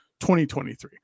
2023